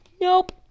nope